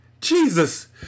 Jesus